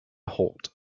hold